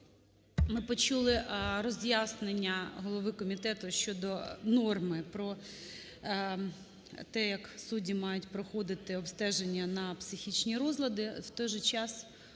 Ми почули роз'яснення голови комітету щодо норми про те, як судді мають проходити обстеження на психічні розлади.